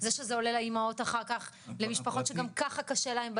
זה שזה עולה לאימהות אחר כך,